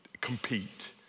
compete